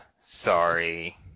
sorry